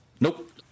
Nope